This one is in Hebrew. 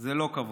זה לא כבוד.